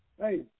hey